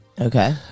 Okay